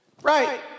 Right